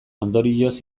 ondorioz